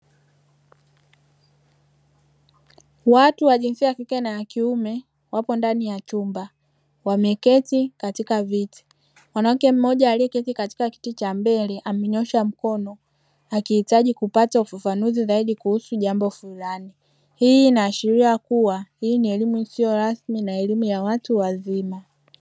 Watu wa jinsia ya kike na ya kiume, wapo ndani ya chumba; wameketi katika viti. Mwanamke mmoja aliyeketi katika kiti cha mbele amenyoosha mkono, akihitaji kupata ufafanuzi zaidi kuhusu jambo fulani. Hii inaashiria kuwa hii ni elimu isiyo rasmi na elimu ya watu wazima.